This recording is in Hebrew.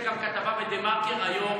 יש על זה גם כתבה בדה-מרקר היום.